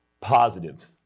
positives